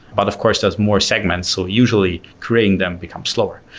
but of course there's more segments so usually creating them become slower.